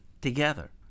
together